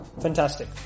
Fantastic